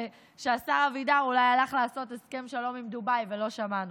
שהשר אבידר אולי הלך לעשות הסכם שלום עם דובאי ולא שמענו.